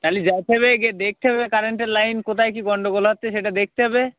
তাহলে যেতে হবে গিয়ে দেখতে হবে কারেন্টের লাইন কোথায় কী গন্ডগোল আছে সেটা দেখতে হবে